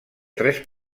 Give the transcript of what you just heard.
tres